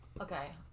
Okay